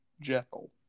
Jekyll